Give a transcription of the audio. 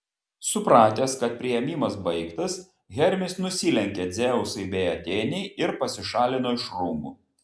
supratęs kad priėmimas baigtas hermis nusilenkė dzeusui bei atėnei ir pasišalino iš rūmų